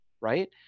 right